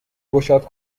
گشاد